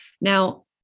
Now